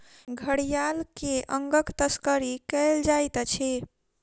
घड़ियाल के अंगक तस्करी कयल जाइत अछि